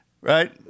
right